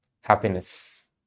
happiness